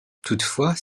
toutefois